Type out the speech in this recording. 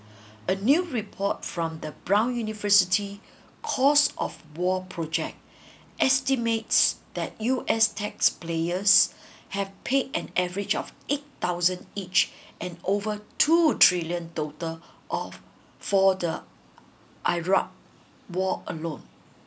a new report from the brown university cost of war project estimates that U_S tax payers have paid an average of eight thousand each and over two trillion total of for the iraq war alone